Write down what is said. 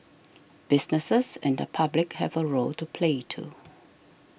businesses and the public have a role to play too